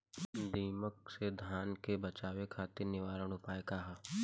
दिमक से धान के बचावे खातिर निवारक उपाय का ह?